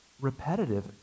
repetitive